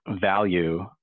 value –